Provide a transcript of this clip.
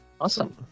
awesome